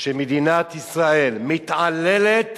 שמדינת ישראל מתעללת